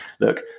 look